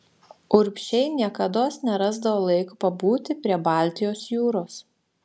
urbšiai niekados nerasdavo laiko pabūti prie baltijos jūros